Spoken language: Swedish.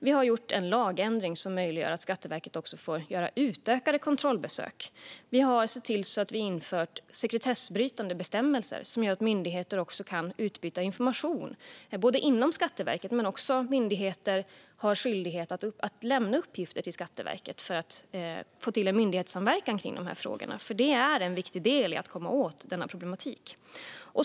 Vi har gjort en lagändring som möjliggör att Skatteverket får göra utökade kontrollbesök. Vi har sett till att införa sekretessbrytande bestämmelser som gör att myndigheter kan utbyta information. Det kan ske ett utbyte av information inom Skatteverket, men också andra myndigheter har en skyldighet att lämna uppgifter till Skatteverket för att få till stånd en myndighetssamverkan kring de här frågorna. Det är en viktig del i att komma åt denna problematik.